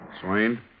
Swain